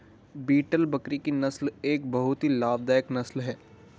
beetle बकरी की नस्ल एक बहुत ही लाभदायक नस्ल है